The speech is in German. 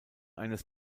eines